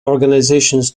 organizations